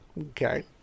Okay